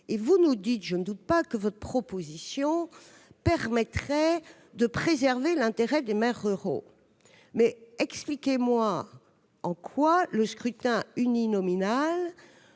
de coopération. Je ne doute pas que votre proposition permettrait de préserver l'intérêt des maires ruraux, mais expliquez-moi en quoi le scrutin uninominal